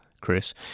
Chris